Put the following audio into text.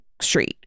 street